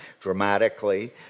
dramatically